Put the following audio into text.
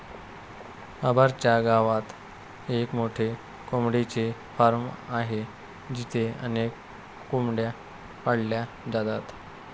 अंबर च्या गावात एक मोठे कोंबडीचे फार्म आहे जिथे अनेक कोंबड्या पाळल्या जातात